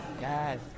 Yes